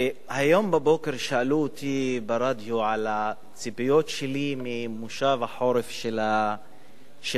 היום בבוקר שאלו אותי ברדיו על הציפיות שלי ממושב החורף של הכנסת.